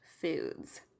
foods